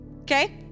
okay